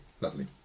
Lovely